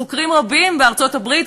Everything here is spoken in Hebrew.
חוקרים רבים בארצות-הברית,